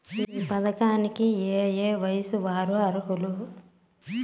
ఈ పథకానికి ఏయే వయస్సు వారు అర్హులు?